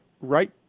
right